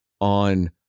on